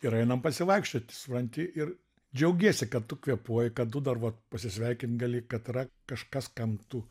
ir einam pasivaikščioti supranti ir džiaugiesi kad tu kvėpuoji kad tu dar vat pasisveikint gali kad yra kažkas kam tu